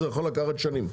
זה יכול לקחת שנים,